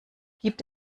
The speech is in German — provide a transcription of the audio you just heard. gibt